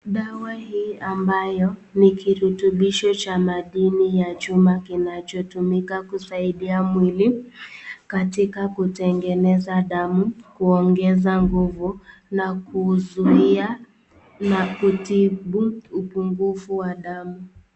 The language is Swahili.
Dawa hii ambayo ni kirutobisho cha madini ya Chuma, kinacho tumika kusaidia mwili katika ,kutemgeneza damu ,kuongeza nguvu, na kuzuiya na kutibu upungufu wa damu.